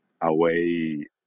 away